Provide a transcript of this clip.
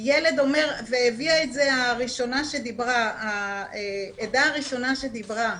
והביאה את זה העדה הראשונה שדיברה.